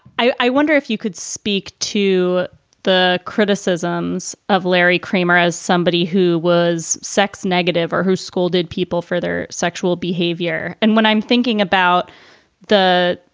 i wonder if you could speak to the criticisms of larry kramer as somebody who was sex negative or who scolded people for their sexual behavior. and when i'm thinking about the,